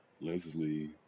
Leslie